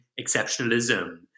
exceptionalism